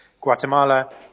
Guatemala